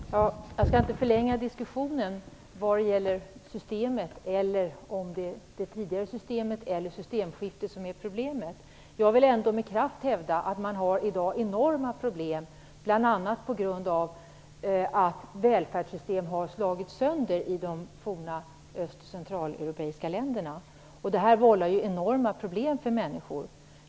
Herr talman! Jag skall inte förlänga diskussionen vad gäller om det är det tidigare systemet eller systemskiftet som är problemet. Jag vill ändå med kraft hävda att man i dag har enorma problem, bl.a. på grund av att välfärdssystemen har slagits sönder i de forna öst och centraleuropeiska länderna. Detta vållar ju enorma problem för människor.